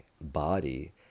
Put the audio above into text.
body